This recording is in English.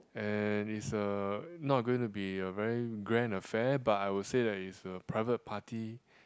and it's a not going to be a very grand affair but I would say that it's a private party